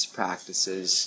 practices